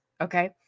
Okay